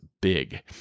big